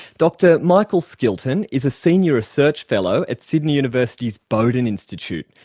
dr michael skilton is a senior research fellow at sydney university's boden institute,